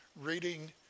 reading